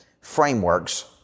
frameworks